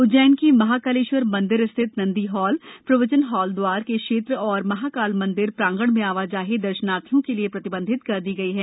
उज्जैन के महाकालेश्वर मन्दिर स्थित नन्दी हॉल प्रवचन हॉल द्वार के क्षेत्र और महाकाल मन्दिर प्रांगण में आवाजाही दर्शनार्थियों के लिये प्रतिबंधित कर दी गई है